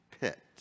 pit